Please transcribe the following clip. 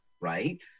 Right